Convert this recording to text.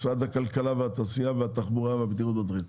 משרד הכלכלה והתעשייה ומשרד התחבורה והבטיחות בדרכים".